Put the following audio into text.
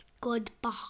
Goodbye